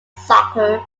soccer